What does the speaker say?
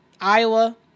Iowa